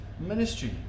Ministry